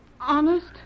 Honest